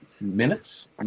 minutes